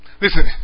listen